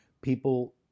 People